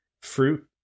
Fruit